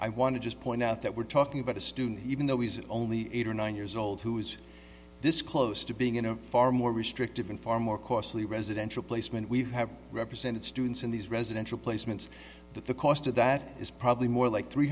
i want to just point out that we're talking about a student even though he's only eight or nine years old who is this close to being in a far more restrictive and far more costly residential placement we have represented students in these residential placements that the cost of that is probably more like three